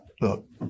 Look